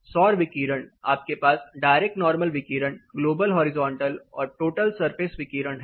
सौर विकिरण आपके पास डायरेक्ट नॉर्मल विकिरण ग्लोबल हॉरिजॉन्टल और टोटल सरफेस विकिरण है